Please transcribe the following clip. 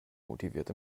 motiviert